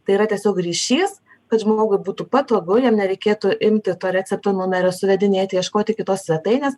tai yra tiesiog ryšys kad žmogui būtų patogu jam nereikėtų imti to recepto numerio suvedinėti ieškoti kitos svetainės